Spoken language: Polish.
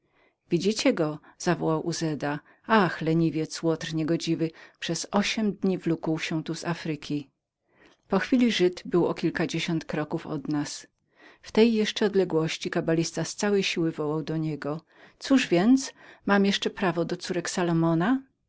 widzicie go zawołał uzeda ach leniwiec łotr niegodziwy przez ośm dni wlókł się tu z afryki po chwili żyd był o kilkadziesiąt kroków od nas w tej jeszcze odległości kabalista z całej siły wołał do niego cóż więc mamże jeszcze prawo do córek salomona